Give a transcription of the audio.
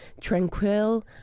tranquil